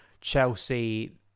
Chelsea